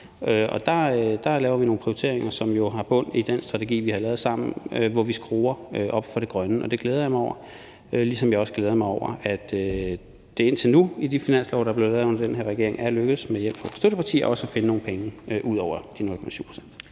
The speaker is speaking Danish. der laver vi nogle prioriteringer, som jo har bund i den strategi, vi har lavet sammen, hvor vi skruer op for det grønne. Det glæder jeg mig over, ligesom jeg også glæder mig over, at det indtil nu i de finanslove, der er blevet lavet under den her regering, er lykkedes med hjælp fra støttepartierne også at finde nogle penge ud over de 0,7